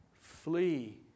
flee